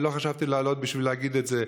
ולא חשבתי לעלות בשביל להגיד את זה,